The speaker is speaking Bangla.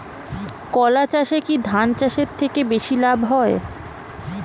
কলা চাষে কী ধান চাষের থেকে বেশী লাভ হয়?